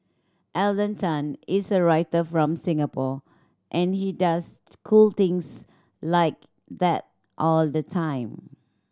Alden Tan is a writer from Singapore and he does cool things like that all the time